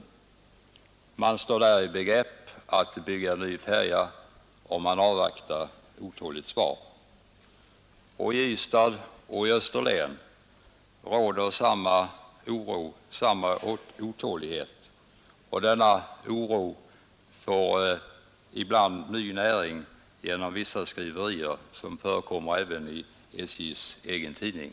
I Polen står man i begrepp att bygga en ny färja, och man avvaktar otåligt det svenska svaret. Och i Ystad och i Österlen råder samma oro, samma otålighet. Oron får ibland ny näring genom vissa skriverier, som förekommer även i SJ:s egen tidning.